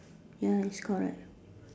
ya it's correct